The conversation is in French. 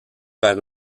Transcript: par